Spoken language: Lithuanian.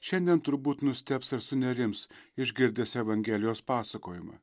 šiandien turbūt nustebs ir sunerims išgirdęs evangelijos pasakojimą